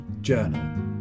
journal